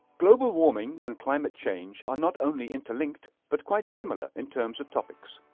global warming and climate change are not only interlinked but quite similar in terms of topics.